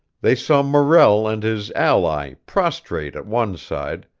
they saw morrell and his ally prostrate at one side,